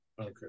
Okay